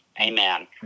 Amen